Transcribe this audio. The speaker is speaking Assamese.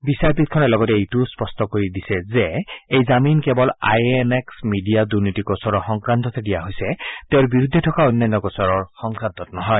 বিচাৰপীঠখনে লগতে এইটো স্পষ্ট কৰি দিছে যে এই জামিন কেৱল আই এন এক্স মিডিয়া দুৰ্নীতি গোচৰ সংক্ৰান্ততহে দিয়া হৈছে তেওঁৰ বিৰুদ্ধে থকা অন্যান্য গোচৰ সংক্ৰান্ত নহয়